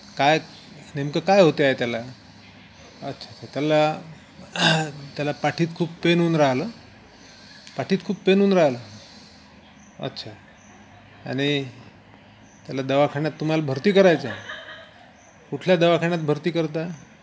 काय नेमकं काय होते आहे त्याला अच्छा अच्छा त्याला त्याला पाठीत खूप पेन ऊन राहलं पाठीत खूप पेन ऊन राहिलं अच्छा आणि त्याला दवाखान्यात तुम्हाला भरती करायचं आहे कुठल्या दवाखान्यात भरती करत आहे